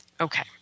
Okay